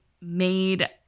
made